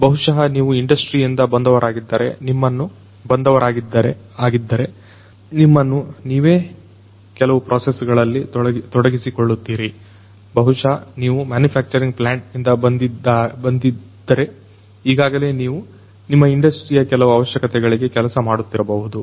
ಬಹುಶಃ ನೀವು ಇಂಡಸ್ಟ್ರಿಯಿಂದ ಬಂದವರಾಗಿದ್ದಾರೆ ನಿಮ್ಮನ್ನು ನೀವೇ ಕೆಲವು ಪ್ರಾಸೆಸ್ ಗಳಲ್ಲಿ ತೊಡಗಿಸಿಕೊಳ್ಳುತ್ತೀರಿ ಬಹುಶಃ ನೀವು ಮ್ಯಾನುಫ್ಯಾಕ್ಚರಿಂಗ್ ಪ್ಲಾಂಟ್ ನಿಂದ ಬಂದಿದ್ದಾರೆ ಈಗಾಗಲೇ ನೀವು ನಿಮ್ಮ ಇಂಡಸ್ಟ್ರಿಯ ಕೆಲವು ಅವಶ್ಯಕತೆಗಳಿಗೆ ಕೆಲಸ ಮಾಡುತ್ತಿರಬಹುದು